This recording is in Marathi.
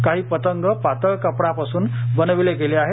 काही पतंग पातळ कापडापासूनही बनवले गेले आहेत